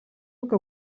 nuke